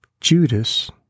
Judas